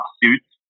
suits